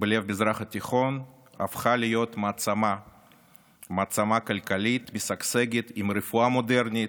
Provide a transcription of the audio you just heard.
בלב המזרח התיכון הפכה להיות מעצמה כלכלית משגשגת עם רפואה מודרנית,